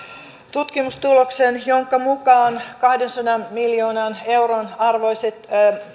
tutkimustuloksen jonka mukaan kahdensadan miljoonan euron arvoiset